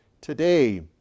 today